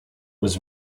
was